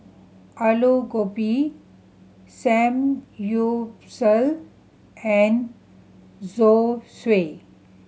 Alu Gobi Samgyeopsal and Zosui